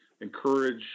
encourage